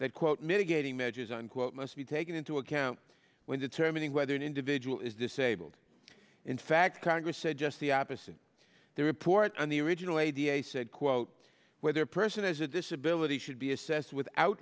that quote mitigating measures unquote must be taken into account when determining whether an individual is disabled in fact congress said just the opposite the report on the original a da said quote whether a person has a disability should be assessed without